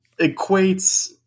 equates